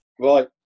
Right